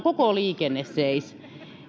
koko liikenne seis